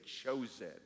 chosen